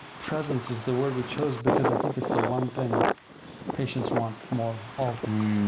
presence is the word we chose because i think it's the one thing patients want more of.